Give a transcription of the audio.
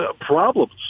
problems